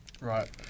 Right